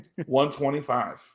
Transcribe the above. $125